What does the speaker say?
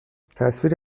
تصویری